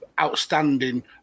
outstanding